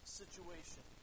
situation